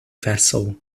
vessel